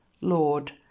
Lord